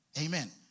Amen